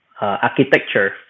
architecture